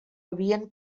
havien